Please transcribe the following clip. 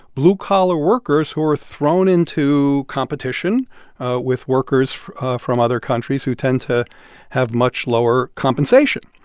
blue-collar workers who are thrown into competition with workers from from other countries who tend to have much lower compensation.